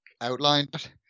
outlined